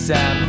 Sam